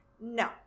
No